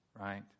right